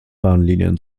bahnlinien